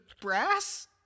brass